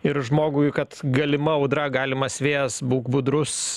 ir žmogui kad galima audra galimas vėjas būk budrus